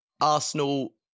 Arsenal